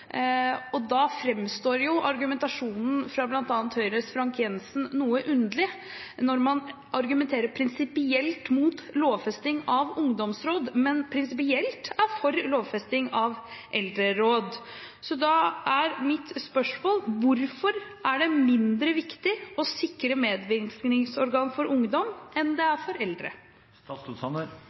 argumentasjonen fra bl.a. Høyres Frank J. Jenssen noe underlig, når man argumenterer prinsipielt mot lovfesting av ungdomsråd, men prinsipielt er for lovfesting av eldreråd. Da er mitt spørsmål: Hvorfor er det mindre viktig å sikre medvirkningsorgan for ungdom enn for eldre? Det